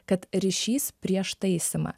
kad ryšys prieš taisymą